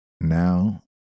Now